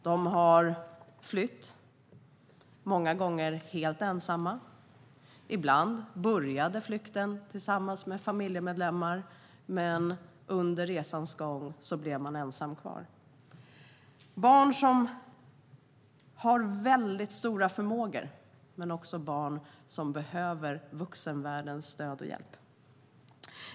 De har flytt, många gånger helt ensamma. Ibland började flykten tillsammans med familjemedlemmar, men under resans gång blev man ensam kvar. Detta är barn som har väldigt stora förmågor, men de är också barn som behöver vuxenvärldens stöd och hjälp.